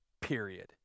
period